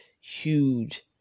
huge